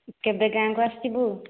କେବେ ଗାଁକୁ ଆସିବୁ